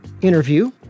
interview